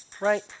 right